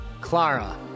clara